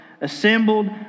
assembled